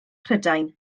prydain